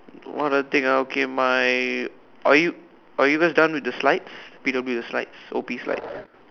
what other thing ah okay my are you are you guys done with the slides P_W the slides O_P slides